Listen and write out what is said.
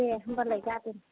दे होमबालाय गाबोन